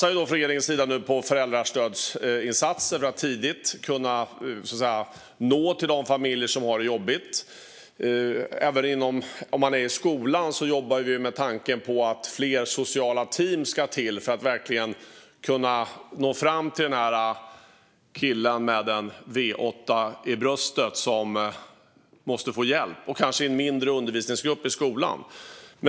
Regeringen satsar på föräldrastödsinsatser för att tidigt nå fram till de familjer som har det jobbigt. Även inom skolan jobbar vi med tanke på att fler sociala team ska skapas för att verkligen nå fram till killen med en V8 i bröstet som måste få hjälp - kanske i en mindre undervisningsgrupp i skolan.